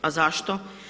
A zašto?